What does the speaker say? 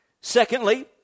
Secondly